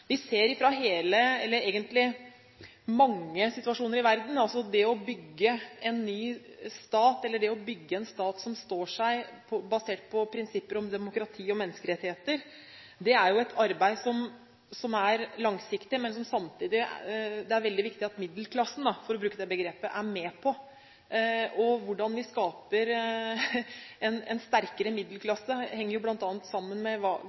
å bygge en ny stat som står seg, basert på prinsipper om demokrati og menneskerettigheter, er et langsiktig arbeid. Samtidig er det viktig at «middelklassen» – for å bruke det begrepet – er med på det. Hvordan vi skaper en sterkere middelklasse, henger bl.a. sammen med